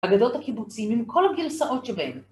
אגדות הקיבוצים עם כל הגרסאות שבהן.